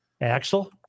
Axel